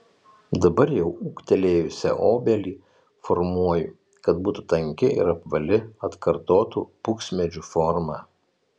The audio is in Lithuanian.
dabar jau ūgtelėjusią obelį formuoju kad būtų tanki ir apvali atkartotų buksmedžių formą